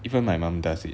even my mum does it